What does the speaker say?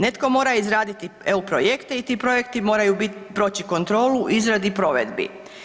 Netko mora izraditi EU projekte i ti projekti moraju bit, proći kontrolu u izradi i provedbi.